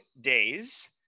days